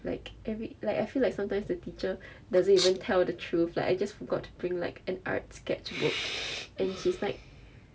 like every like I feel like sometimes the teacher doesn't even tell the truth like I just got to bring like an art sketch book and she's like